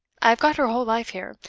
i have got her whole life here.